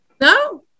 No